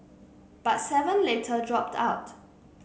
but seven later dropped out